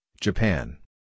Japan